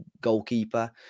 goalkeeper